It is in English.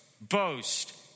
boast